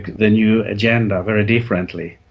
the new agenda very differently,